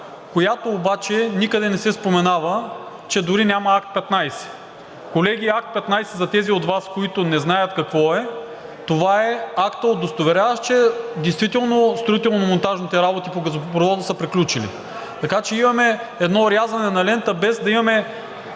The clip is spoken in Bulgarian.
която обаче никъде не се споменава, че дори няма Акт 15. Колеги, Акт 15, за тези от Вас, които не знаят какво е, това е актът, удостоверяващ, че действително строително-монтажните работи по газопровода са приключили. Така че имаме едно рязане на лента, без да имаме